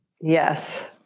yes